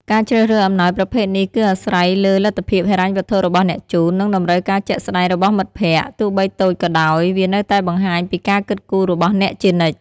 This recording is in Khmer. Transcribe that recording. ការជ្រើសរើសអំណោយប្រភេទនេះគឺអាស្រ័យលើលទ្ធភាពហិរញ្ញវត្ថុរបស់អ្នកជូន និងតម្រូវការជាក់ស្តែងរបស់មិត្តភក្តិ ទោះបីតូចក៏ដោយ វានៅតែបង្ហាញពីការគិតគូររបស់អ្នកជានិច្ច។